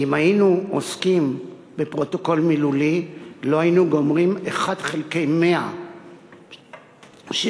כי אם היינו עוסקים בפרוטוקול מילולי לא היינו גומרים אחת חלקי מאה של